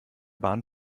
bahn